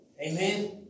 Amen